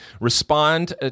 respond